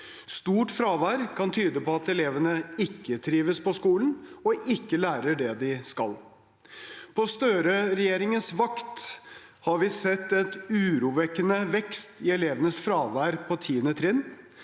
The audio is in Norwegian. Stort fravær kan tyde på at elevene ikke trives på skolen og ikke lærer det de skal. På Støre-regjeringens vakt har vi sett en urovekkende vekst i elevenes fravær på 10. trinn.